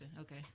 Okay